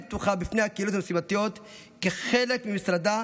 פתוחה בפני הקהילות המשימתיות כחלק ממשרדה,